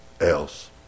else